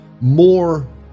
more